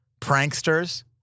pranksters